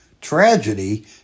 Tragedy